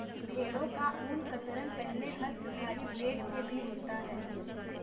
भेड़ों का ऊन कतरन पहले हस्तधारी ब्लेड से भी होता है